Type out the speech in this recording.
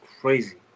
crazy